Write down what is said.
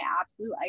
absolute